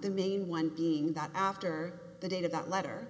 the main one being that after the date of that letter